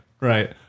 right